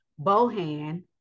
Bohan